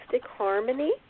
harmony